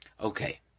Okay